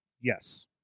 Yes